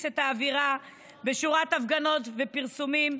את האווירה בשורת הפגנות ופרסומים,